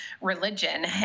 religion